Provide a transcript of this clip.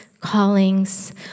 callings